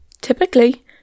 Typically